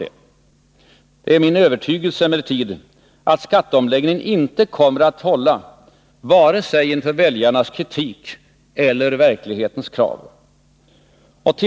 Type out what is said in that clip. Men det är min övertygelse att skatteomläggningen inte kommer att hålla inför vare sig väljarnas kritik eller verklighetens krav.